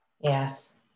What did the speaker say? Yes